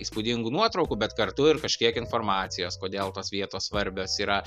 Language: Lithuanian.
įspūdingų nuotraukų bet kartu ir kažkiek informacijos kodėl tos vietos svarbios yra